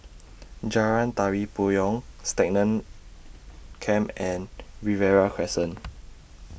Jalan Tari Payong Stagmont Camp and Riverina Crescent